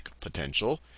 potential